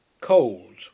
Cold